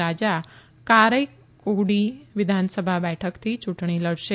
રાજા કારૈક્કુડી વિધાનસભા બેઠકથી ચૂંટણી લડશે